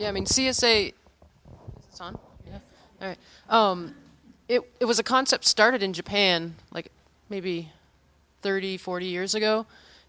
yeah i mean see it's a song yeah it was a concept started in japan like maybe thirty forty years ago